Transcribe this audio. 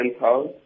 house